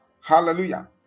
Hallelujah